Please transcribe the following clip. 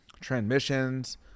transmissions